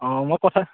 অঁ মই কথা